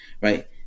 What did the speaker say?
right